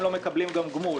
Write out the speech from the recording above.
הם לא מקבלים גמול.